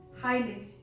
Heilig